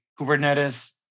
Kubernetes